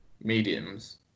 mediums